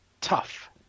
tough